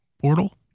Portal